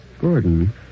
Gordon